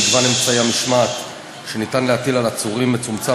מגוון אמצעי המשמעת שניתן להטיל על עצורים מצומצם